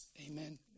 Amen